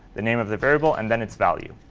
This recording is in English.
the name of the variable, and then its value.